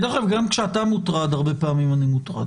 דרך אגב, גם כשאתה מוטרד, הרבה פעמים אני מוטרד.